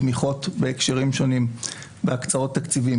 מעניקה שורה של תמיכות בהקשרים שונים בהקצאות תקציבים.